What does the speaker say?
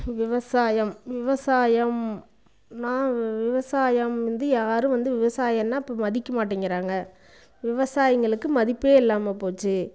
விவசாயம் விவசாயம் நான் விவசாயம் வந்து யாரும் வந்து விவசாயன்னால் இப்போ மதிக்க மாட்டேங்கிறாங்க விவசாயிங்களுக்கு மதிப்பே இல்லாமல் போச்சு